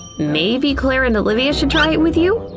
maybe claire and olivia should try it with you!